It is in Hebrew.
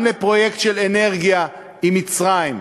גם לפרויקט של אנרגיה עם מצרים,